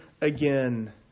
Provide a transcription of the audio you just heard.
again